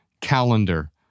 calendar